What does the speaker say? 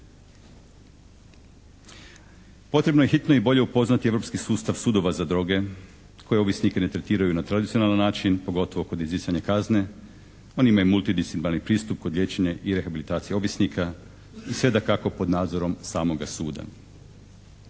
Potrebno je hitno i bolje upoznati europski sustav sudova za droge koji ovisnike ne tretiraju na tradicionalan način, pogotovo kod izricanja kazne, oni imaju multidisciplinarni pristup kod liječenja i rehabilitacije ovisnika i sve dakako pod nadzorom samoga suda.